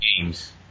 games